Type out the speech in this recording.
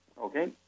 Okay